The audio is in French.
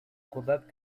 probable